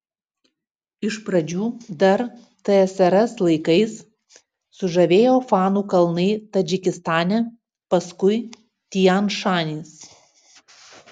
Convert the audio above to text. iš pradžių dar tsrs laikais sužavėjo fanų kalnai tadžikistane paskui tian šanis